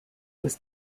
was